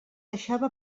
deixava